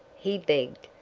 he begged,